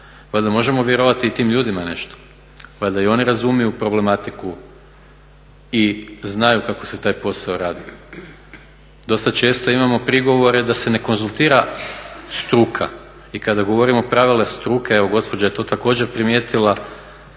možemo vjerovati i tim ljudima nešto, valjda i oni razumiju problematiku i znaju kako se taj posao radi. Dosta često imamo prigovore da se ne konzultira struka i kada govorimo o pravilima struke, evo gospođa je to također primijetila,